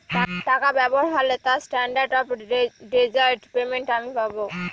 টাকা ব্যবহার হারলে তার স্ট্যান্ডার্ড অফ ডেজার্ট পেমেন্ট আমি পাব